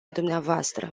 dvs